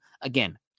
again